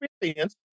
experience